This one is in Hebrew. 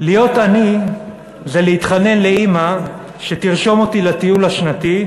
"להיות עני זה להתחנן לאימא שתרשום אותי לטיול השנתי,